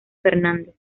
fernández